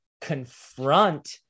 confront